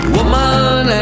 Woman